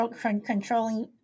controlling